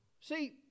See